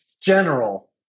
general